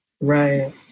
Right